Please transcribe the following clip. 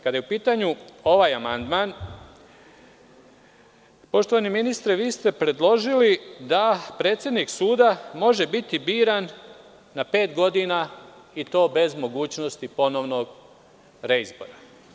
Kada je u pitanju ovaj amandman, poštovani ministre, vi ste predložili da predsednik suda može biti biran na pet godina i to bez mogućnosti ponovnog reizbora.